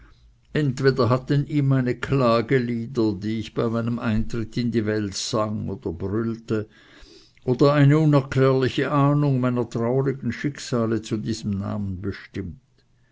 entweder hatten ihn meine klagelieder die ich bei meinem eintritte in die welt sang oder brüllte oder eine unerklärliche ahnung meiner traurigen schicksale zu diesem namen bestimmt